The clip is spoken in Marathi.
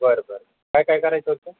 बरं बरं काय काय करायचं होतं